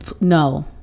no